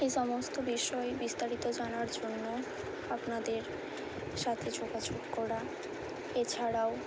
এ সমস্ত বিষয়ে বিস্তারিত জানার জন্য আপনাদের সাথে যোগাযোগ করা এছাড়াও